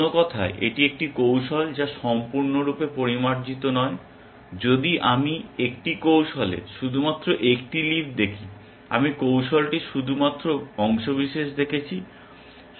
অন্য কথায় এটি একটি কৌশল যা সম্পূর্ণরূপে পরিমার্জিত নয় যদি আমি একটি কৌশলে শুধুমাত্র একটি লিফ দেখি আমি কৌশলটির শুধুমাত্র অংশবিশেষ দেখেছি